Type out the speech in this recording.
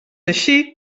així